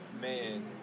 man